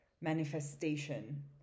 manifestation